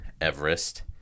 Everest